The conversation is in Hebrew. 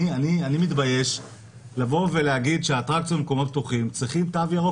אני מתבייש לבוא ולהגיד שהאטרקציות במקומות פתוחים צריכים תו ירוק